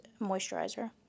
Moisturizer